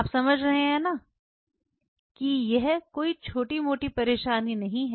आप समझ रहे हैं ना कि यह कोई छोटी मोटी परेशानी नहीं है